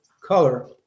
color